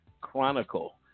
Chronicle